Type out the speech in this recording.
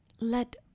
let